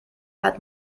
hat